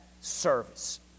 service